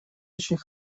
очень